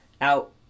Out